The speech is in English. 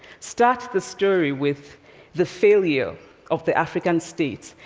start the story with the failure of the african state,